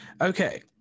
Okay